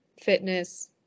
fitness